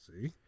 See